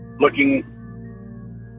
looking